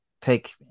take